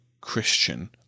Christian